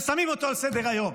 ושמים אותו על סדר-היום.